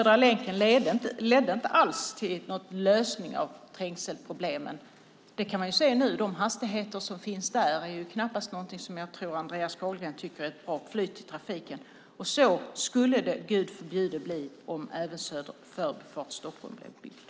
Den ledde inte alls till någon lösning av trängselproblemen. Hastigheterna där är knappast något som jag tror att Andreas Carlgren tycker ger ett bra flyt i trafiken. Och så skulle det bli, vilket Gud förbjude, även om Förbifart Stockholm blev byggd.